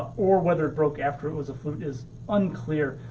or whether it broke after it was a flute is unclear.